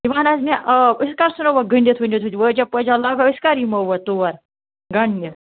ژٕ وَن حظ مےٚ آ أسۍ کَر ژھٕنَو وۅنۍ گٔنٛڈِتھ ؤنٛڈِتھ ہُتہِ وٲجا پٲجا لاگو أسۍ کَر یِمو وۅنۍ تور گنٛڈنہِ